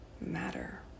matter